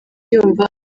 yumva